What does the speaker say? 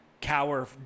cower